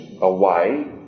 away